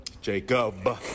Jacob